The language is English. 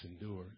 endured